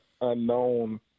unknown